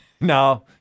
No